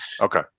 okay